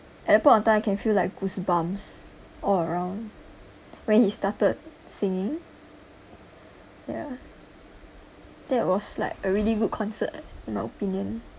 at the point of time I can feel like goosebumps all around when he started singing ya that was like a really good concert in our opinion